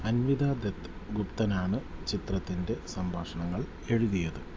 അൻവിത ദത്ത് ഗുപ്തനാണ് ചിത്രത്തിന്റെ സംഭാഷണങ്ങൾ എഴുതിയത്